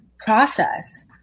process